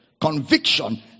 Conviction